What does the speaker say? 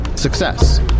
success